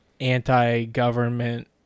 anti-government